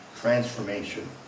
transformation